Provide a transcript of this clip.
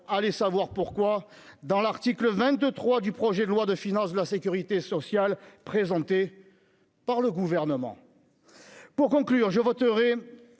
allez savoir pourquoi dans l'article 23 du projet de loi de finance de la Sécurité sociale présenté par le gouvernement pour conclure, je voterai